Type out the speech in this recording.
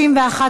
סעיף 1 נתקבל.